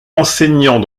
enseignant